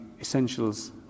Essentials